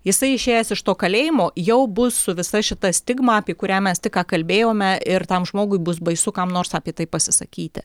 jisai išėjęs iš to kalėjimo jau bus su visa šita stigma apie kurią mes tik ką kalbėjome ir tam žmogui bus baisu kam nors apie tai pasisakyti